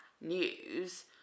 news